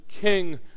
king